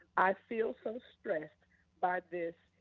i feel so stressed by this,